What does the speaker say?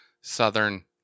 southern